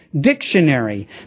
dictionary